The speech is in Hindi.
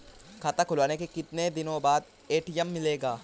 खाता खुलवाने के कितनी दिनो बाद ए.टी.एम मिलेगा?